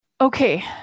Okay